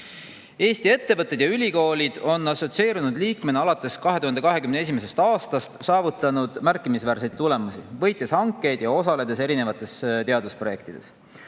Eesti ettevõtted ja ülikoolid on assotsieerunud liikmena alates 2021. aastast saavutanud märkimisväärseid tulemusi, võites hankeid ja osaledes erinevates teadusprojektides.